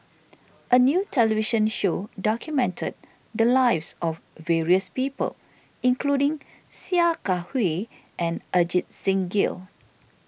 a new television show documented the lives of various people including Sia Kah Hui and Ajit Singh Gill